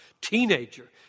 teenager